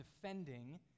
defending